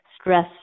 stress